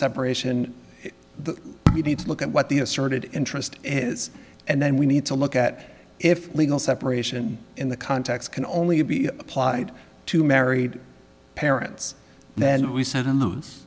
separation the need to look at what the asserted interest is and then we need to look at if legal separation in the context can only be applied to married parents then we s